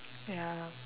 ya